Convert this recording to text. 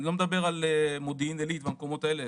אני לא מדבר עכשיו על מודיעין עילית והמקומות האלה,